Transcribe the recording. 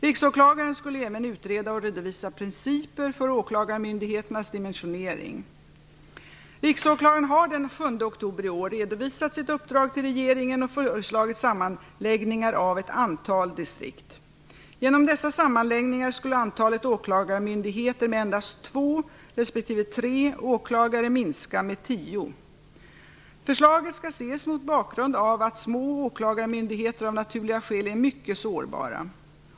Riksåklagaren skulle även utreda och redovisa principer för åklagarmyndigheternas dimensionering. Riksåklagaren har den 7 oktober i år redovisat sitt uppdrag till regeringen och föreslagit sammanläggningar av ett antal distrikt. Genom dessa sammanläggningar skulle antalet åklagarmyndigheter med endast två respektive tre åklagare minska med tio. Förslaget skall ses mot bakgrund av att små åklagarmyndigheter av naturliga skäl är mycket sårbara.